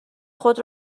خود